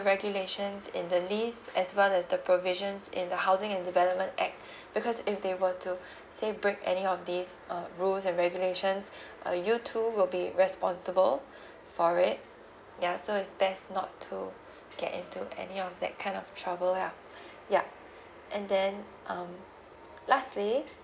regulations in the lease as well as the provisions in the housing and development act because if they were to say break any of these uh rules and regulations uh you too will be responsible for it ya so it's best not to get into any of that kind of trouble lah ya and then um lastly